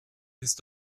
ist